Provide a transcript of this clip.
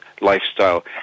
lifestyle